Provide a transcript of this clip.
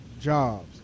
Jobs